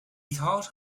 thought